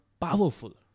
powerful